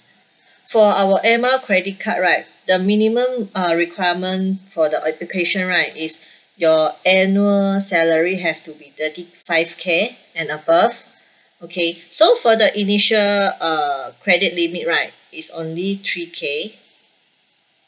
for our air mile credit card right the minimum uh requirement for the application right is your annual salary have to be thirty five K and above okay so for the initial uh credit limit right it's only three K